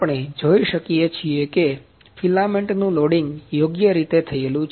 આપણે જોઈ શકીએ છીએ કે ફિલામેન્ટનું લોડિંગ યોગ્ય રીતે થયેલું છે